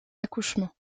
accouchement